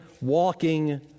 walking